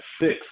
six